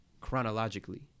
chronologically